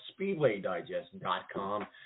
SpeedwayDigest.com